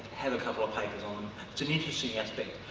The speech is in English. have a couple of papers, um it's and interesting aspect.